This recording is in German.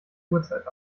uhrzeit